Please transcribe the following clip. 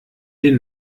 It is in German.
den